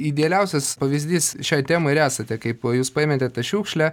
idealiausias pavyzdys šiai temai ir esate kaip jūs paėmėte tą šiukšlę